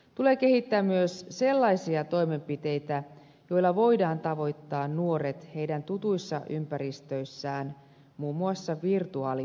tulee kehittää myös sellaisia toimenpiteitä joilla voidaan tavoittaa nuoret heidän tutuissa ympäristöissään muun muassa virtuaalimaailmassa